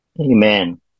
Amen